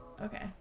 Okay